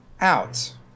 out